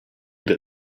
that